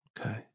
Okay